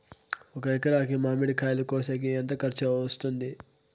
ఒక ఎకరాకి మామిడి కాయలు కోసేకి ఎంత ఖర్చు వస్తుంది?